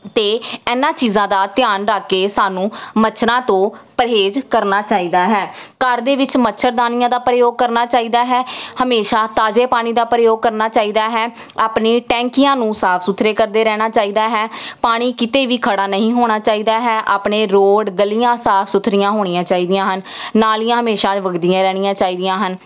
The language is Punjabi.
ਅਤੇ ਇਹਨਾਂ ਚੀਜ਼ਾਂ ਦਾ ਧਿਆਨ ਰੱਖ ਕੇ ਸਾਨੂੰ ਮੱਛਰਾਂ ਤੋਂ ਪਰਹੇਜ਼ ਕਰਨਾ ਚਾਹੀਦਾ ਹੈ ਘਰ ਦੇ ਵਿੱਚ ਮੱਛਰਦਾਨੀਆਂ ਦਾ ਪ੍ਰਯੋਗ ਕਰਨਾ ਚਾਹੀਦਾ ਹੈ ਹਮੇਸ਼ਾ ਤਾਜ਼ੇ ਪਾਣੀ ਦਾ ਪ੍ਰਯੋਗ ਕਰਨਾ ਚਾਹੀਦਾ ਹੈ ਆਪਣੀ ਟੈਂਕੀਆਂ ਨੂੰ ਸਾਫ਼ ਸੁਥਰੇ ਕਰਦੇ ਰਹਿਣਾ ਚਾਹੀਦਾ ਹੈ ਪਾਣੀ ਕਿਤੇ ਵੀ ਖੜਾ ਨਹੀਂ ਹੋਣਾ ਚਾਹੀਦਾ ਹੈ ਆਪਣੇ ਰੋਡ ਗਲੀਆਂ ਸਾਫ਼ ਸੁਥਰੀਆਂ ਹੋਣੀਆਂ ਚਾਹੀਦੀਆਂ ਹਨ ਨਾਲੀਆਂ ਹਮੇਸ਼ਾ ਵਗਦੀਆਂ ਰਹਿਣੀਆਂ ਚਾਹੀਦੀਆਂ ਹਨ